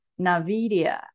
NVIDIA